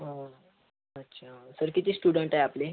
हा अच्छा सर किती स्टुडंट आहे आपले